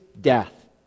death